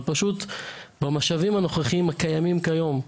אבל פשוט במשאבים הנוכחים הקיימים כיום,